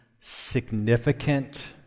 significant